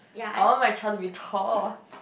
I want my child to be tall